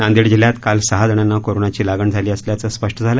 नांदेड जिल्ह्यात काल सहा जणांना कोरोनाची लागण झाली असल्याचं स्पष्ट झालं